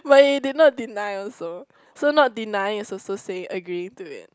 but you did not deny also so not denying is also saying agree to it